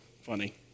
Funny